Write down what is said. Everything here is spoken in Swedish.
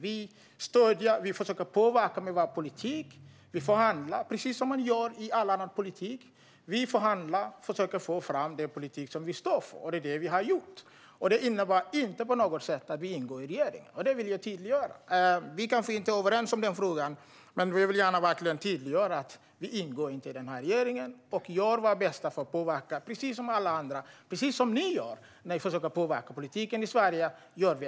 Vi försöker påverka med vår politik. Vi förhandlar, precis som man gör i all annan politik, och försöker få fram den politik som vi står för. Det är det som vi har gjort. Det innebär inte på något sätt att vi ingår i regeringen. Det vill jag tydliggöra. Vi är kanske inte överens i denna fråga, men jag vill verkligen tydliggöra att vi inte ingår i denna regering. Vi gör vårt bästa för att påverka politiken i Sverige, precis som alla andra gör och precis som ni gör.